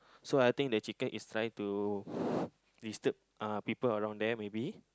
so I think the chicken is trying to disturb uh people around there maybe